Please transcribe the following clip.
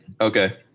okay